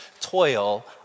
toil